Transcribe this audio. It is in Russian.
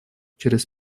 через